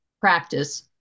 practice